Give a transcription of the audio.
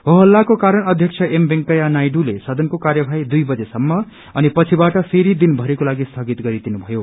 हो हल्लाको कारण अध्यक्ष एम वेंकैया नायड्रले सदनको कार्यवाही दुइ बजे सम्म अनि पछि बाट फेरि दिन भरिकोलागि स्थगित गरिदिनु भयो